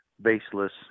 baseless